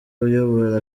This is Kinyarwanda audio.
uyobora